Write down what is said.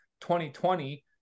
2020